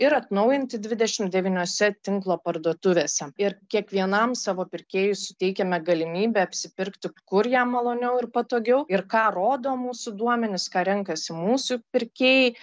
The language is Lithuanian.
ir atnaujinti dvidešim devyniose tinklo parduotuvėse ir kiekvienam savo pirkėjui suteikiame galimybę apsipirkti kur jam maloniau ir patogiau ir ką rodo mūsų duomenys ką renkasi mūsų pirkėjai